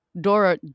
Dora